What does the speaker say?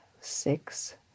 six